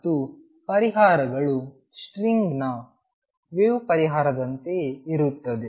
ಮತ್ತು ಪರಿಹಾರಗಳು ಸ್ಟ್ರಿಂಗ್ನ ವೇವ್ ಪರಿಹಾರದಂತೆಯೇ ಇರುತ್ತವೆ